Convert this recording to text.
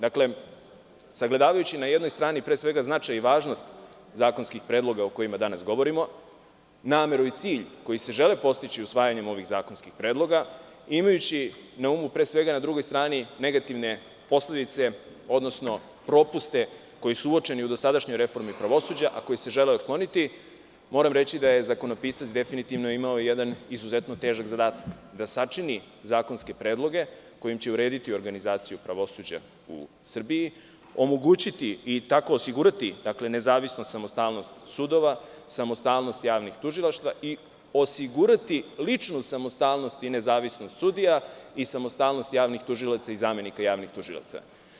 Dakle, sagledavajući, na jednoj strani, značaj i važnost zakonskih predloga o kojima danas govorimo, nameru i cilj koji se žele postići usvajanjem ovih zakonskih predloga, a imajući na umu, na drugoj strani, negativne posledice, odnosno propuste koji su uočeni u dosadašnjoj reformi pravosuđa, a koji se žele otkloniti, moram reći da je zakonopisac definitivno imao težak zadatak da sačini zakonske predloge kojim će urediti organizaciju pravosuđa u Srbiji, omogućiti i tako osigurati nezavisnost, samostalnost sudova, samostalnost javnih tužilaštava i osigurati ličnu samostalnost i nezavisnost sudija i samostalnost javnih tužilaca i zamenika javnih tužilaca.